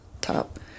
top